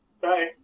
Bye